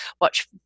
watch